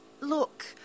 look